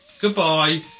Goodbye